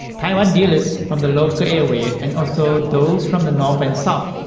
taiwan dealers from the local area and also those from the north and south.